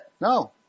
no